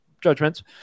judgments